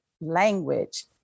language